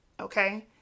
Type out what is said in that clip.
Okay